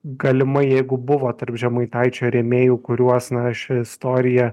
galimai jeigu buvo tarp žemaitaičio rėmėjų kuriuos na ši istorija